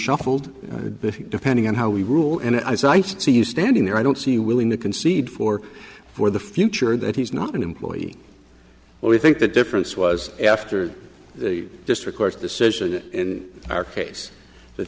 reshuffled depending on how we rule and i said i see you standing there i don't see willing to concede for for the future that he's not an employee well i think the difference was after the district court decision in our case that